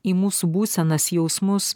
į mūsų būsenas jausmus